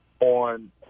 on